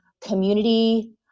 community